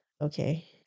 okay